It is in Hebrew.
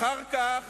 אחר כך